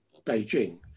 Beijing